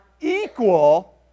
equal